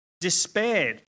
despaired